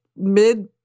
mid